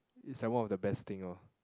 is like one of the best thing lor